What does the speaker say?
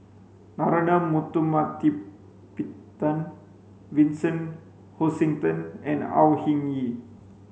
Narana Vincent Hoisington and Au Hing Yee